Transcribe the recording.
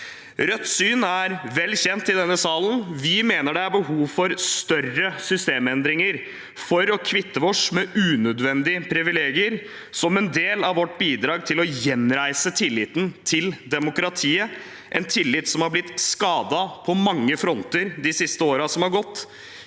Rødts syn er vel kjent i denne salen: Vi mener det er behov for større systemendringer for å kvitte oss med unødvendige privilegier, som en del av vårt bidrag til å gjenreise tilliten til demokratiet, en tillit som har blitt skadet på mange fronter de siste årene som er gått,